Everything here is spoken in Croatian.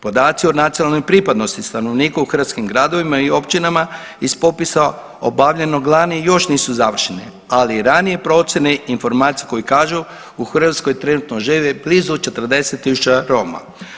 Podaci o nacionalnoj pripadnosti stanovnika u hrvatskim gradovima i općina iz popisa obavljenog lani još nisu završeni ali ranije procjene i informacije koje kažu u Hrvatskoj trenutno živi blizu 40.000 Roma.